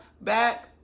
back